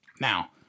Now